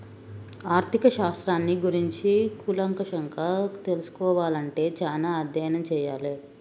ఆర్ధిక శాస్త్రాన్ని గురించి కూలంకషంగా తెల్సుకోవాలే అంటే చానా అధ్యయనం చెయ్యాలే